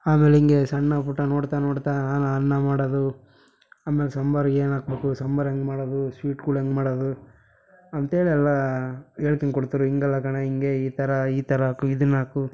ಆಮೇಲೆ ಹೀಗೇ ಸಣ್ಣಪುಟ್ಟ ನೋಡ್ತಾ ನೋಡ್ತಾ ನಾನು ಅನ್ನ ಮಾಡೋದು ಆಮೇಲೆ ಸಾಂಬಾರ್ಗೆ ಏನು ಹಾಕ್ಬೇಕು ಸಾಂಬಾರ್ ಹೆಂಗೆ ಮಾಡೋದು ಸ್ವೀಟ್ಗಳು ಹೆಂಗೆ ಮಾಡೋದು ಅಂತೇಳಿ ಎಲ್ಲ ಹೇಳ್ತೀನ್ ಕೊಡ್ತಿರು ಹೀಗಲ್ಲ ಕಣೋ ಹೀಗೆ ಈ ಥರ ಈ ಥರ ಹಾಕು ಇದನ್ನ ಹಾಕು